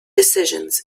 decisions